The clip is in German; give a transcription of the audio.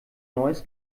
neues